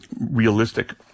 realistic